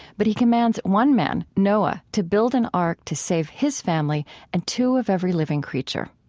but he commands one man, noah, to build an ark to save his family and two of every living creature.